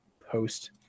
Post